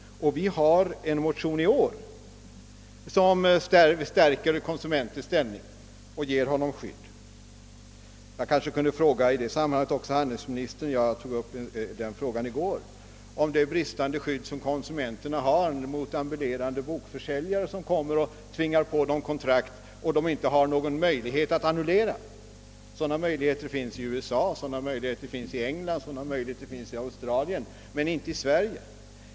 Och vi har också i år en motion som syftar till att stärka konsumentens ställning och ge honom skydd. I detta sammanhang kanske jag också får ställa en fråga till handelsministern beträffande en sak som jag berörde i går, nämligen konsumenternas bristande skydd gentemot ambulerande bokförsäljare som tvingar på dem kontrakt vilka de inte har någon möjlighet att annullera. Sådana möjligheter finns i USA, i England och i Australien — men inte i Sverige.